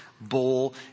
bowl